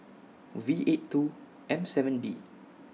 V eight two M seven D